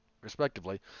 respectively